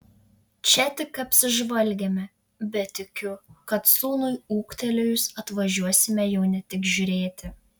čia tik apsižvalgėme bet tikiu kad sūnui ūgtelėjus atvažiuosime jau ne tik žiūrėti